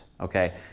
Okay